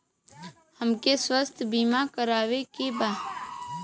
हमके स्वास्थ्य बीमा करावे के बा?